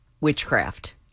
witchcraft